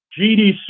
GDC